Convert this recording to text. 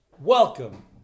welcome